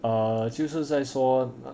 err 就是再说那